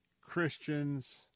Christians